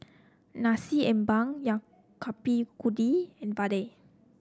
Nasi Ambeng yao Bak Kut Teh and vadai